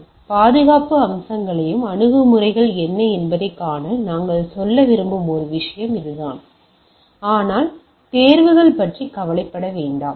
எனவே பாதுகாப்பு அம்சங்களையும் அணுகுமுறைகள் என்ன என்பதைக் காண நாங்கள் சொல்ல விரும்பும் ஒரு விஷயம் இதுதான் ஆனால் தேர்வுகள் பற்றி கவலைப்பட வேண்டாம்